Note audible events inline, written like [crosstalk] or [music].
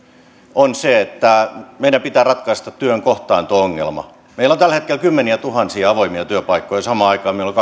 on se että meidän pitää ratkaista työn kohtaanto ongelma meillä on tällä hetkellä kymmeniätuhansia avoimia työpaikkoja samaan aikaan meillä on [unintelligible]